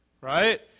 Right